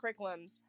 curriculums